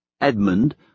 Edmund